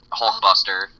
Hulkbuster